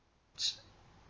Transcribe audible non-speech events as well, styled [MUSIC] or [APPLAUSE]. [NOISE]